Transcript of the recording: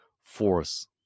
force